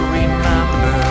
remember